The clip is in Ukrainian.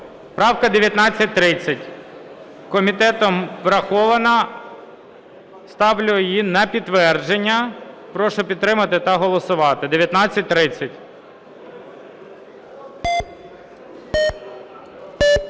Правка 1930. Комітетом врахована. Ставлю її на підтвердження. Прошу підтримати та голосувати. 1930.